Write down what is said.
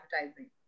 advertising